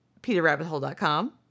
PeterRabbitHole.com